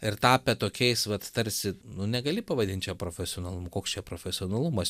ir tapę tokiais vat tarsi nu negali pavadint čia profesionalumu koks čia profesionalumas